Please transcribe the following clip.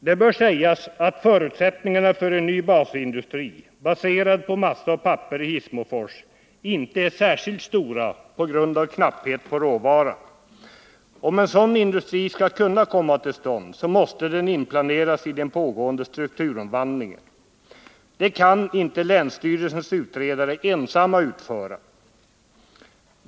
Det bör sägas att förutsättningarna för en ny basindustri, baserad på massa och papper i Hissmofors, inte är särskilt stora på grund av knapphet på råvara. Om en sådan industri skall kunna komma till stånd, måste den inplaneras i den pågående strukturomvandlingen. Det kan inte länsstyrelsens utredare ensamma utföra.